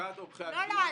לשכת עורכי הדין --- לא, לא.